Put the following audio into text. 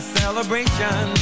celebration